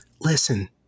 listen